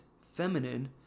feminine